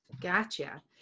Gotcha